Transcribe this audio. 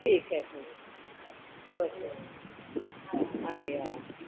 ठीकु आहे ठीकु ओके अड़े हा